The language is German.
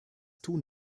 tun